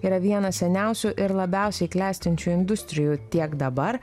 yra viena seniausių ir labiausiai klestinčių industrijų tiek dabar